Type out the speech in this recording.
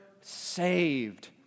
Saved